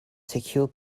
secure